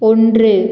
ஒன்று